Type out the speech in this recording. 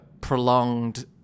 prolonged